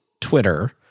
Twitter